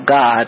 God